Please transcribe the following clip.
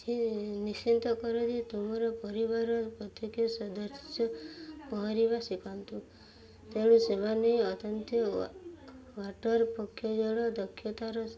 ସେ ନିଶ୍ଚିନ୍ତ କରନ୍ତି ତୁମର ପରିବାରର ପ୍ରତ୍ୟେକ ସଦସ୍ୟ ପହଁରିବା ଶିଖନ୍ତୁ ତେଣୁ ସେମାନେ ଅତ୍ୟନ୍ତ ୱାଟର ପକ୍ଷ ଜଳ ଦକ୍ଷତାର